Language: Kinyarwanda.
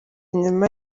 nyuma